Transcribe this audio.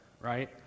Right